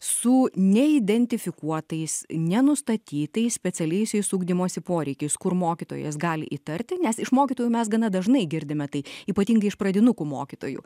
su neidentifikuotais nenustatytais specialiaisiais ugdymosi poreikiais kur mokytojas gali įtarti nes iš mokytojų mes gana dažnai girdime tai ypatingai iš pradinukų mokytojų